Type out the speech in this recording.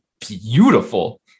beautiful